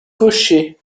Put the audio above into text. cocher